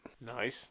Nice